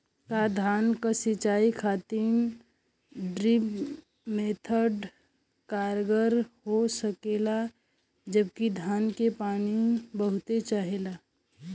का धान क सिंचाई खातिर ड्रिप मेथड कारगर हो सकेला जबकि धान के पानी बहुत चाहेला?